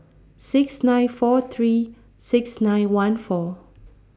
six nine four three six nine one four